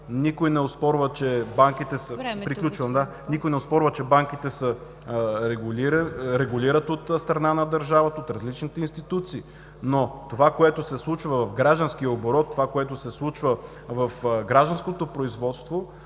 Никой не оспорва, че банките се регулират от страна на държавата, от различните институции. Това, което се случва в гражданския оборот, в гражданското производство